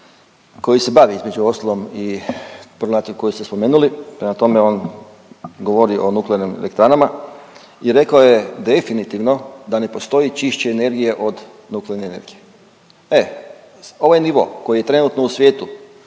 koji se bavi, između ostalom i problematikom koju ste spomenuli, prema tome, on govori o nuklearnim elektranama i rekao je, definitivno da ne postoji čišća energija od nuklearne energije. E ovaj nivo koji je trenutno u svijetu